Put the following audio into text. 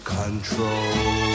control